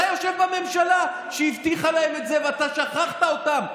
אתה יושב בממשלה שהבטיחה להם את זה ואתה שכחת אותם,